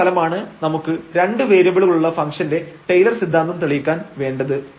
ഈ ഒരു ഫലമാണ് നമുക്ക് രണ്ട് വേരിയബിളുകളുള്ള ഫംഗ്ഷന്റെ ടൈലർ സിദ്ധാന്തം തെളിയിക്കാൻ വേണ്ടത്